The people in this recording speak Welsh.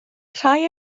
rhai